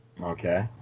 Okay